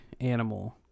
animal